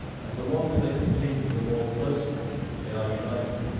and the longer they continue the more closely they are united.